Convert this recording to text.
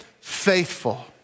faithful